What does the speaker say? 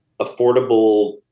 affordable